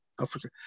Africa